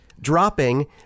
Dropping